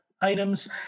items